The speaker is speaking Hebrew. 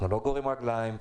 אנחנו לא גוררים רגליים.